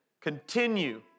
continue